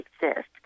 exist